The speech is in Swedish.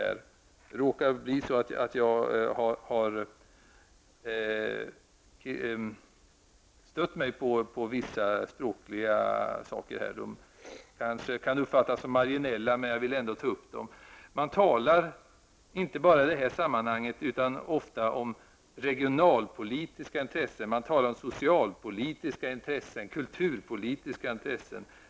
Jag har i vissa delar stött mig på användningen av språket i betänkandet. Detta kanske kan uppfattas som marginellt, men jag vill ändå ta upp det. Man talar inte bara i det här sammanhanget utan ofta om regionalpolitiska intressen, man talar om socialpolitiska intressen och kulturpolitiska intressen.